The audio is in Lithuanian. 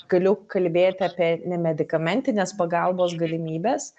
galiu kalbėti apie nemedikamentinės pagalbos galimybes